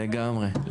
לגמרי.